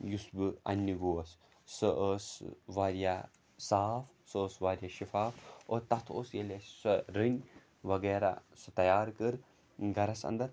یُس بہٕ انٛنہِ گوس سۄ ٲس واریاہ صاف سُہ ٲس واریاہ شِفاف اور تَتھ اوس ییٚلہِ اَسہِ سۄ رٔنۍ وَغیرہ سۄ تیار کٔر گَرَس انٛدَر